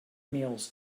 meals